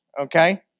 okay